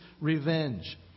revenge